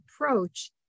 approach